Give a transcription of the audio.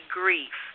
grief